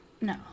No